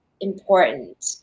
important